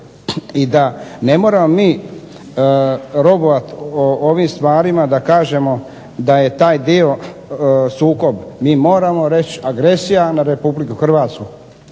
i da ne moramo mi robovati ovim stvarima da kažemo da je taj dio sukob. Mi moramo reći agresija na Republiku Hrvatsku.